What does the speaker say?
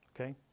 Okay